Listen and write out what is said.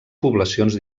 poblacions